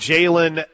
Jalen